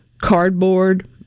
cardboard